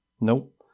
Nope